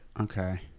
Okay